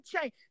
change